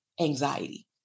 anxiety